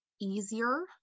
easier